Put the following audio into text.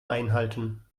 einhalten